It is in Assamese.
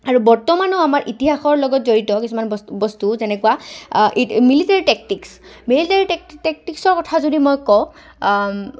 আৰু বৰ্তমানো আমাৰ ইতিহাসৰ লগত জড়িত কিছুমান বস্তু বস্তু যেনেকুৱা মিলিটেৰী টেকটিক্স মিলিটেৰী টেকটিক্সৰ কথা যদি মই কওঁ